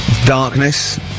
Darkness